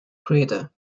creator